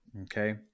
Okay